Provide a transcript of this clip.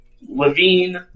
Levine